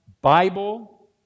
Bible